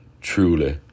truly